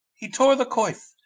he tore the coif,